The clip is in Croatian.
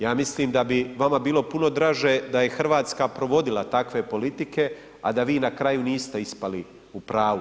Ja mislim da bi vama bilo puno draže da je Hrvatska provodila takve politike, a da vi na kraju niste ispali u pravu.